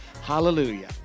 Hallelujah